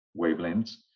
wavelengths